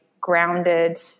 grounded